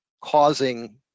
causing